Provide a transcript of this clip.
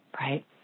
Right